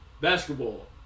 basketball